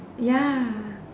ya